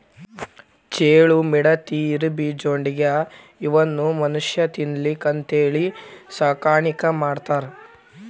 ಚೇಳು, ಮಿಡತಿ, ಇರಬಿ, ಜೊಂಡಿಗ್ಯಾ ಇವನ್ನು ಮನುಷ್ಯಾ ತಿನ್ನಲಿಕ್ಕೆ ಅಂತೇಳಿ ಸಾಕಾಣಿಕೆ ಮಾಡ್ತಾರ